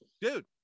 Dude